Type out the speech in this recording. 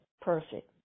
perfect